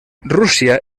rusia